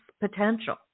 potential